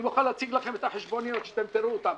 אני מוכן להציג לכם את החשבוניות שתראו אותם,